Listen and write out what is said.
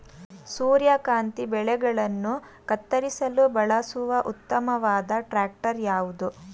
ಸೂರ್ಯಕಾಂತಿ ಬೆಳೆಗಳನ್ನು ಕತ್ತರಿಸಲು ಬಳಸುವ ಉತ್ತಮವಾದ ಟ್ರಾಕ್ಟರ್ ಯಾವುದು?